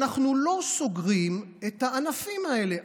אנחנו לא סוגרים את הענפים האלה.